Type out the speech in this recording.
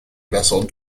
vessel